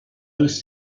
les